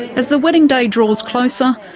as the wedding day draws closer,